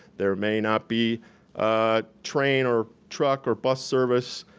there may not be a train or truck or bus service.